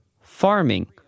farming